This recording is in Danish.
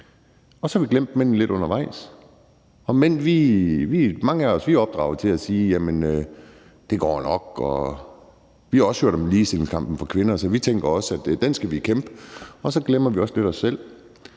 og så har vi glemt mændene lidt undervejs. Mange af os mænd er opdraget til at sige, at det går nok, og vi har også hørt om ligestillingskampen for kvinder, så vi tænker også, at den skal vi kæmpe, og så glemmer vi også lidt os selv.